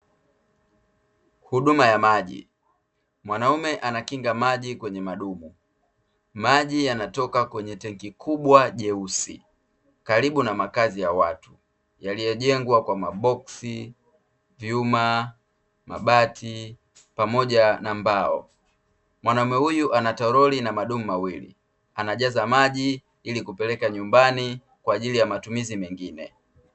Huduma ya maji; mwanaume anakinga maji kwenye madumu, maji yanatoka kwenye tenki kubwa jeusi karibu na makazi ya watu yaliyojengwa kwa maboksi, vyuma, mabati, pamoja na mbao. Mwanamume huyu ana toroli na madumu mawili anajaza maji ili kupeleka nyumbani kwa ajili ya matumizi mengine.